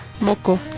moco